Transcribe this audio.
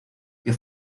que